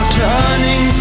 turning